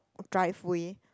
drive way